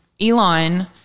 Elon